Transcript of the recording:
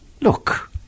Look